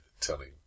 telling